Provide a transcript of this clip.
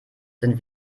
sind